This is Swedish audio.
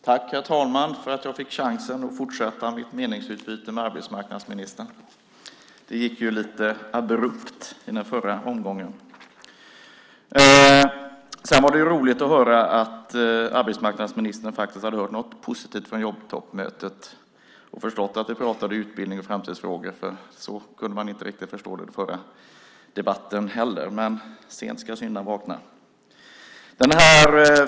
Herr talman! Tack för att jag fick chansen att fortsätta mitt meningsutbyte med arbetsmarknadsministern! Det blev ju lite abrupt i den förra omgången. Sedan var det roligt att höra att arbetsmarknadsministern faktiskt hade hört något positivt från jobbtoppmötet och förstått att man pratade om utbildning och framtidsfrågor. Så kunde man inte riktigt förstå det i förra debatten heller. Men sent ska syndaren vakna.